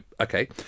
okay